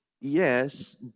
Yes